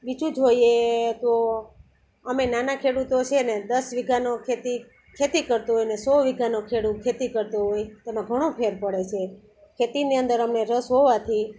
બીજું જોઈએ તો અમે નાના ખેડૂતો છેને દસ વીઘાની ખેતી ખેતી કરતા હોઈએ ને સો વીઘાની ખેડૂત ખેતી કરતો હોય તેમાં ઘણો ફેર પડે છે ખેતીની અંદર અમને રસ હોવાથી